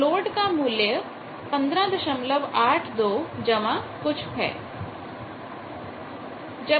तो लोड का मूल्य 1582 कुछ है